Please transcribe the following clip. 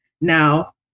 now